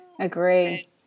agree